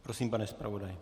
Prosím, pane zpravodaji.